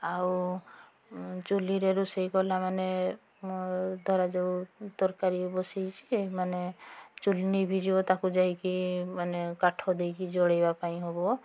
ଆଉ ଚୁଲିରେ ରୋଷେଇ କଲା ମାନେ ଧରାଯାଉ ତରକାରୀ ବସାଇଛି ମାନେ ଚୁଲି ଲିଭିଯିବ ତାକୁ ଯାଇକି ମାନେ କାଠ ଦେଇକି ଜଳାଇବା ପାଇଁ ହେବ